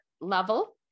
level